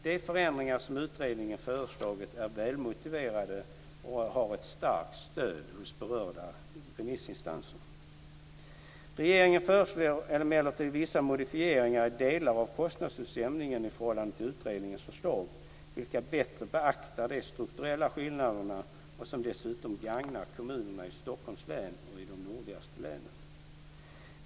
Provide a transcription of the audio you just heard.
De förändringar som utredningen föreslagit är välmotiverade och har ett starkt stöd hos berörda remissinstanser. Regeringen föreslår emellertid vissa modifieringar i delar av kostnadsutjämningen i förhållande till utredningens förslag, vilka bättre beaktar de strukturella skillnaderna och som dessutom gagnar kommunerna i Stockholms län och i de nordligaste länen.